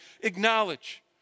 acknowledge